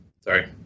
sorry